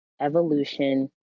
Evolution